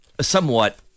somewhat